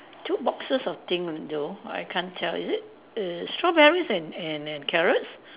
two boxes of thing though I can't tell is it err strawberries and and and carrots